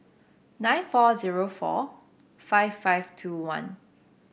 nine four zero four five five two one